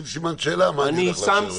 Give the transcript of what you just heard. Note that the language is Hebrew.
סימן שאלה מה אני הולך לאשר ומה לא.